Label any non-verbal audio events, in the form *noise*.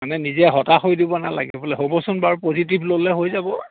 মানে নিজে হতাশ হৈ দিব *unintelligible* পজিটিভ ল'লে হৈ যাব